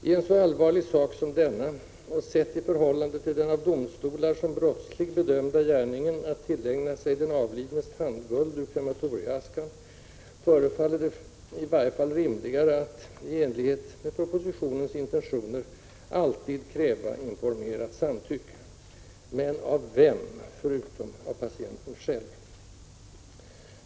I en så allvarlig sak som denna — och sett i förhållande till den av domstolar som brottslig bedömda gärningen att tillägna sig den avlidnes tandguld ur krematorieaskan — förefaller det i varje fall rimligare att, i enlighet med propositionens intentioner, alltid kräva ”informerat samtycke” — men av vem förutom av patienten själv?